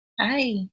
Hi